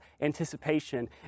anticipation